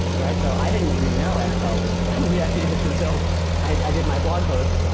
right? so i didn't even know nfl was react native until i did my blog post.